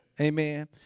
amen